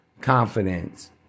confidence